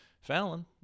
Fallon